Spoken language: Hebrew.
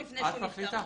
שהוא נפטר.